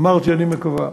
אמרתי, אני מקווה.